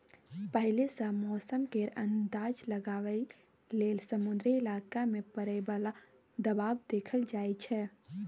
पहिले सँ मौसम केर अंदाज लगाबइ लेल समुद्री इलाका मे परय बला दबाव देखल जाइ छै